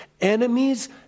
enemies